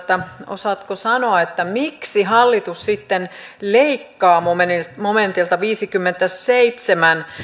osaatko sanoa miksi hallitus sitten leikkaa momentilta momentilta viisikymmentäseitsemän